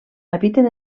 habiten